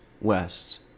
west